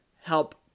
help